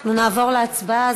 אנחנו נעבור להצבעה,